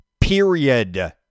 period